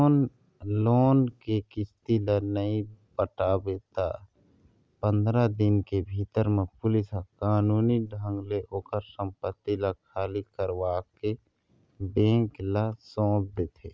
loan के किस्ती ल नइ पटाबे त पंदरा दिन के भीतर म पुलिस ह कानूनी ढंग ले ओखर संपत्ति ल खाली करवाके बेंक ल सौंप देथे